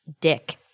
dick